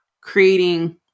creating